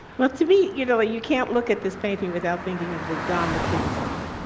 well, to me, you know, ah you can't look at this painting without thinking of the don mclean song.